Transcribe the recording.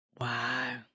Wow